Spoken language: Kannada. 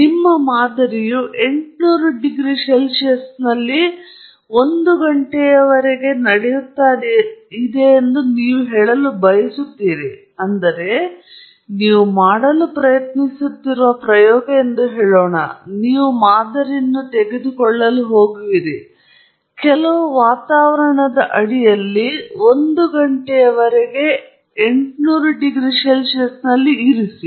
ನಿಮ್ಮ ಮಾದರಿಯು 800 ಡಿಗ್ರಿ C ಯಲ್ಲಿ 1 ಘಂಟೆಯವರೆಗೆ ಇದೆ ಎಂದು ನೀವು ಹೇಳಲು ಬಯಸುತ್ತೀರಿ ಅಂದರೆ ನೀವು ಮಾಡಲು ಪ್ರಯತ್ನಿಸುತ್ತಿರುವ ಪ್ರಯೋಗ ಎಂದು ಹೇಳೋಣ ನೀವು ಮಾದರಿಯನ್ನು ತೆಗೆದುಕೊಳ್ಳಲು ಹೋಗುವಿರಿ ಕೆಲವು ವಾತಾವರಣದ ಅಡಿಯಲ್ಲಿ 1 ಘಂಟೆಯವರೆಗೆ 800 ಡಿಗ್ರಿ ಸಿ ನಲ್ಲಿ ಇರಿಸಿ